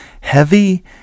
heavy